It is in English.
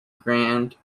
grant